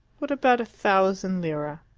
what about a thousand lire?